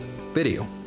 video